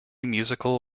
musical